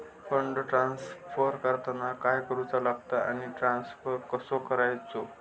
Fund transfer करताना काय करुचा लगता आनी ट्रान्स्फर कसो करूचो?